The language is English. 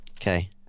Okay